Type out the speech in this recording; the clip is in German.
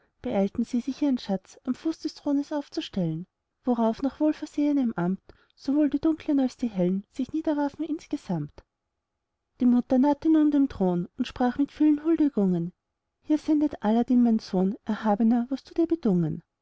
beeilten sie sich ihren schatz am fuß des thrones aufzustellen worauf nach wohlversehnem amt sowohl die dunklen als die hellen sich niederwarfen insgesamt illustration die gestörte hochzeitsfeier die mutter nahte nun dem thron und sprach mit vielen huldigungen hier sendet aladdin mein sohn erhabner was du dir bedungen